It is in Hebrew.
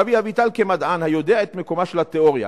גבי אביטל, כמדען היודע את מקומה של התיאוריה,